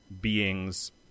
beings